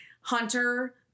Hunter